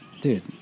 Dude